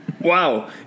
wow